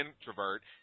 introvert